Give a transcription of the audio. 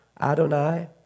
Adonai